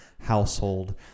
household